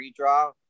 redraw